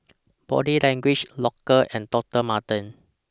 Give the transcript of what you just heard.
Body Language Loacker and Doctor Martens